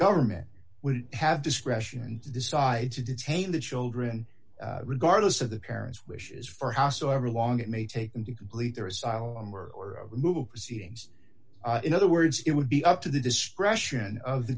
government would have discretion to decide to detain the children regardless of the parents wishes for howsoever long it may take them to complete their asylum or or move seedings in other words it would be up to the discretion of the